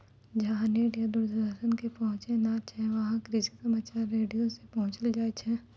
जहां नेट या दूरदर्शन के पहुंच नाय छै वहां कृषि समाचार रेडियो सॅ पहुंचैलो जाय छै